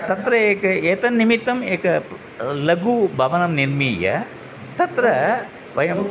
तत्र एकम् एतन्निमित्तम् एकं प लघु भवनं निर्मीय तत्र वयम्